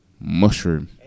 Mushroom